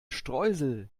streusel